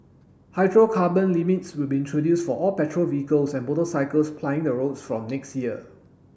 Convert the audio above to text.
hydrocarbon limits will be introduced for all petrol vehicles and motorcycles plying the roads from next year